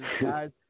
guys